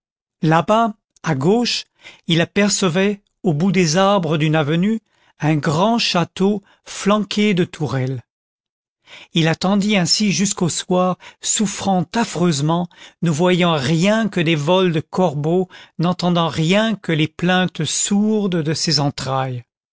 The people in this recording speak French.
là-bas à gauche il apercevait au bout des arbres d'une avenue un grand château flanqué de tourelles il attendit ainsi jusqu'au soir souffrant affreusement ne voyant rien que des vols de corbeaux n'entendant rien que les plaintes sourdes de ses entrailles